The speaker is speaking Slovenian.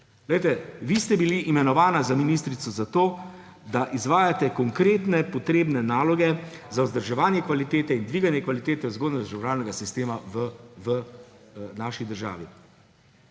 ste bili imenovani za ministrico zato, da izvajate konkretne potrebne naloge za vzdrževanje kvalitete in dviganje kvalitete vzgojno-izobraževalnega sistema v naši državi.